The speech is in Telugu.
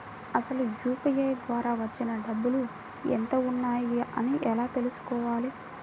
అసలు యూ.పీ.ఐ ద్వార వచ్చిన డబ్బులు ఎంత వున్నాయి అని ఎలా తెలుసుకోవాలి?